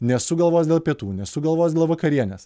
nesuk galvos dėl pietų nesuk galvos dėl vakarienės